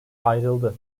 ayrıldı